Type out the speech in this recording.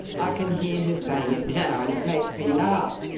i can hear her saying it now and it makes me laugh.